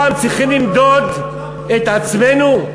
אז אנחנו כל פעם צריכים למדוד את עצמנו?